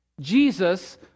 Jesus